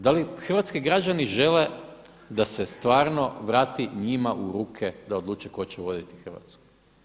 Da li hrvatski građani žele da se stvarno vrati u njima u ruke da odluče tko će voditi Hrvatsku.